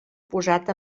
posat